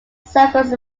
circles